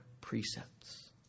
precepts